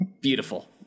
Beautiful